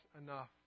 enough